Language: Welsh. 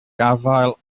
gafael